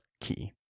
key